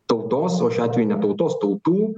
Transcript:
tautos o šiuo atveju ne tautos tautų